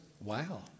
wow